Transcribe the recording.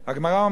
הגמרא אומרת,